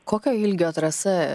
kokio ilgio trasa